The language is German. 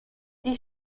die